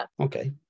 Okay